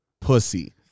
pussy